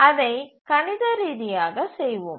அதை கணித ரீதியாக செய்வோம்